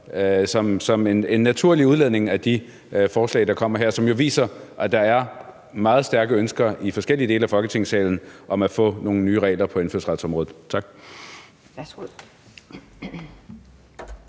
som en naturlig afledning af de forslag, der kommer her, og som jo viser, at der er meget stærke ønsker i forskellige dele af Folketingssalen om at få nogle nye regler på indfødsretsområdet. Tak.